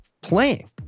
playing